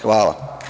Hvala.